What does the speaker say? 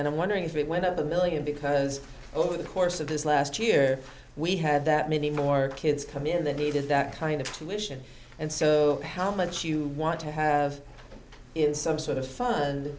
and i'm wondering if it went up a million because over the course of this last year we had that many more kids come in they needed that kind of tuition and so how much you want to have in some sort of fun